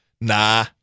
Nah